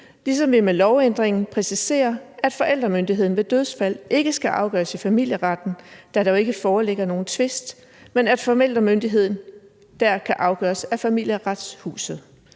ligesom vi med lovændringen præciserer, at forældremyndigheden ved dødsfald ikke skal afgøres i familieretten, da der ikke foreligger nogen tvist, men at forældremyndigheden kan afgøres af Familieretshuset.